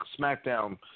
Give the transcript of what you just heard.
SmackDown